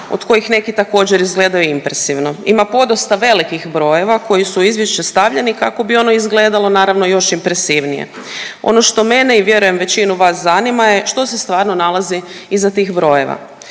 od kojih neki također izgledaju impresivno. Ima podosta velikih brojeva koji su u izvješće stavljeni kako bi ono izgledalo naravno još impresivnije. Ono što mene i vjerujem većinu vas zanima je što se stvarno nalazi iza tih brojeva.